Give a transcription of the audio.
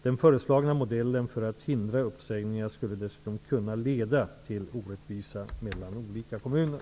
Den föreslagna modellen för att hindra uppsägningar skulle dessutom kunna leda till orättvisa mellan olika kommuner.